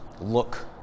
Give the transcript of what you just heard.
look